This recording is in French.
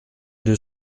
deux